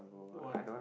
don't want ah